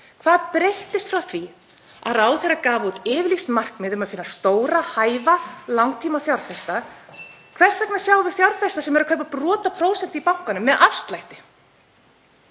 Hvað breyttist frá því að ráðherra gaf út yfirlýst markmið um að finna stóra hæfa langtímafjárfesta? Hvers vegna sjáum við fjárfesta sem eru að kaupa brot úr prósenti í bankanum með afslætti?